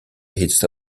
its